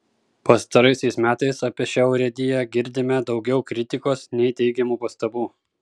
pastaraisiais metais apie šią urėdiją girdime daugiau kritikos nei teigiamų pastabų